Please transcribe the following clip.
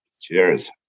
Cheers